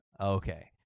Okay